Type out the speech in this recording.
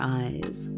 eyes